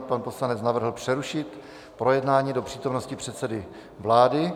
Pan poslanec navrhl přerušit projednání do přítomnosti předsedy vlády.